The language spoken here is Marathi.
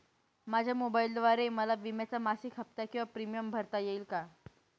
माझ्या मोबाईलद्वारे मला विम्याचा मासिक हफ्ता किंवा प्रीमियम भरता येईल का?